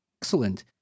Excellent